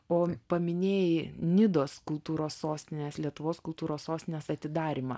o paminėjai nidos kultūros sostinės lietuvos kultūros sostinės atidarymą